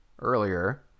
earlier